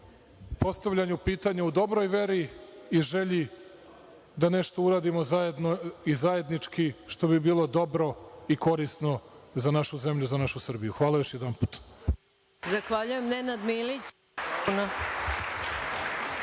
postavljanju pitanja u dobroj veri i želji da nešto uradimo zajedno i zajednički što bi bilo dobro i korisno za našu zemlju. Hvala još jednom.